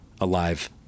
alive